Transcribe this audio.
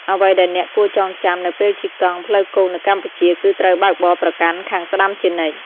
អ្វីដែលអ្នកគួរចងចាំនៅពេលជិះកង់ផ្លូវគោកនៅកម្ពុជា គឺត្រូវបើកបរប្រកាន់ខាងស្តាំជានិច្ច។